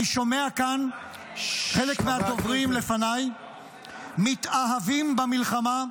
אני שומע כאן חלק מהדוברים לפניי מתאהבים במלחמה,